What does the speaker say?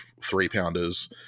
three-pounders